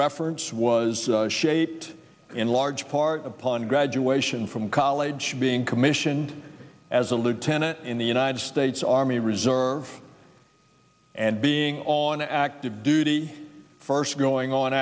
reference was shaped in large part upon graduation from college being commissioned as a lieutenant in the united states army reserve and being on active duty first going on